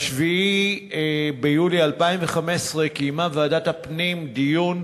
ב-7 ביולי 2015 קיימה ועדת הפנים דיון על